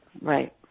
Right